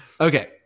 Okay